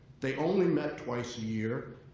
they only met twice a year.